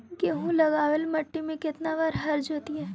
गेहूं लगावेल मट्टी में केतना बार हर जोतिइयै?